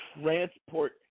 transport